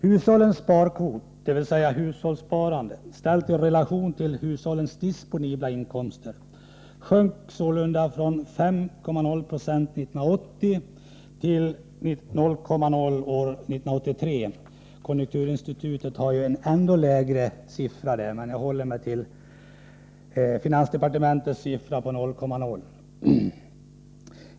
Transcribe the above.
Hushållens sparkvot — dvs. hushållssparandet ställt i relation till hushållens disponibla inkomster — sjönk sålunda från 5,0 96 1980 till 0,0 96 år 1983. Konjunkturinstitutet har en ännu lägre siffra, men jag håller mig till finansdepartementets siffra på 0,0 0.